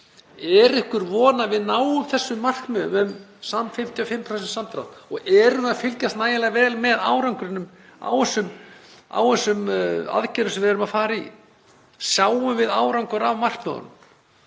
Er einhver von að við náum þessum markmiðum um 55% samdrátt og erum við að fylgjast nægilega vel með árangri þessara aðgerða sem við erum að fara í? Sjáum við árangur af markmiðunum?